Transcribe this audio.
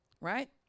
right